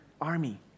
army